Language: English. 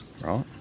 right